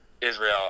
Israel